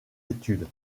études